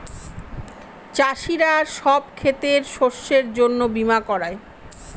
চাষীরা সব ক্ষেতের শস্যের জন্য বীমা করায়